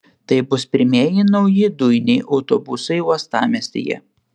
tai bus pirmieji nauji dujiniai autobusai uostamiestyje